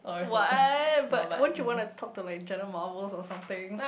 what but won't you want to talk to like Jenna-Marbles or something